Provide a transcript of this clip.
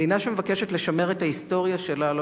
מדינה שמבקשת לשמר את ההיסטוריה שלה לא